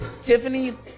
Tiffany